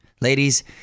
Ladies